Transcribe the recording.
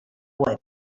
web